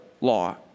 Law